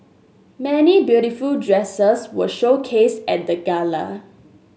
many beautiful dresses were showcased at the gala